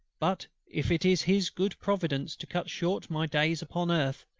but if it is his good providence to cut short my days upon earth,